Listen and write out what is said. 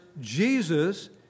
Jesus